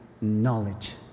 knowledge